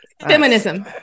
Feminism